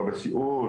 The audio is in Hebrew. לא בסיעוד,